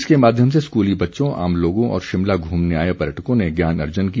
इसके माध्यम से स्कूली बच्चों आम लोगों और शिमला घूमने आए पर्यटकों ने ज्ञान अर्जन किया